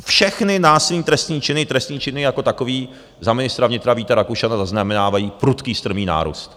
Všechny násilné trestné činy, trestné činy jako takové za ministra vnitra Víta Rakušana zaznamenávají prudký strmý nárůst.